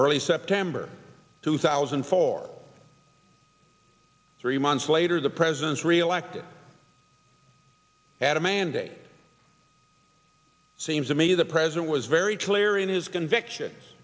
early september two thousand and four three months later the president's reelected had a mandate it seems to me the president was very clear in his convictions